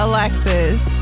Alexis